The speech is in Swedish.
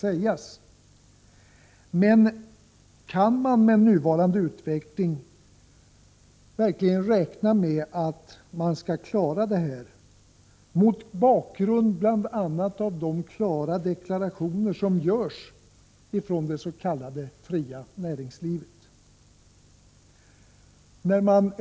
— 20 maj 1985 Men kan man med nuvarande utveckling verkligen räkna med att man skall klara det här, mot bakgrund av bl.a. de klara deklarationer som görs från det Om åtgärder för att s.k. fria näringslivet?